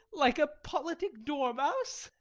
like a politic dormouse